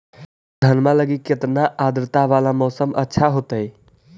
धनमा लगी केतना आद्रता वाला मौसम अच्छा होतई?